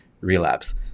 relapse